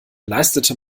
leistete